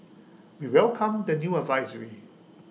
we welcomed the new advisory